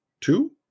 Two